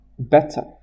Better